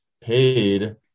paid